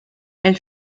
elle